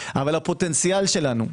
אבל הפוטנציאל שלנו,